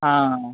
आं आं आं